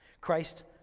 Christ